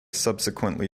subsequently